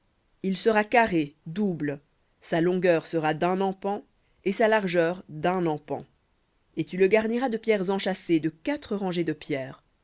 il sera carré double sa longueur sera d'un empan et sa largeur d'un empan et tu le garniras de pierres enchâssées de quatre rangées de pierres